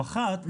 פחת,